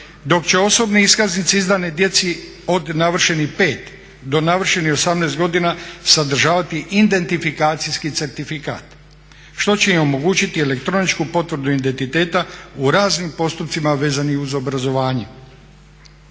dok će osobne iskaznice izdane djeci od navršenih pet do navršenih 18 godina sadržavati identifikacijski certifikat što će im omogućiti elektroničku potvrdu identiteta u raznim postupcima vezani uz obrazovanje.